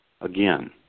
Again